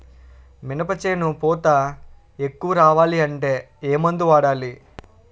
మినప చేను పూత ఎక్కువ రావాలి అంటే ఏమందు వాడాలి?